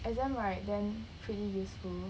exam right then pretty useful